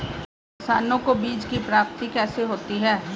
किसानों को बीज की प्राप्ति कैसे होती है?